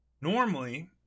Normally